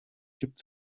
gibt